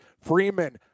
Freeman